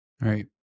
right